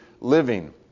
living